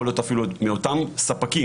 יכול להיות אפילו מאותם ספקים,